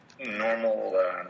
Normal